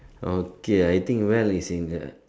okay I think well is in the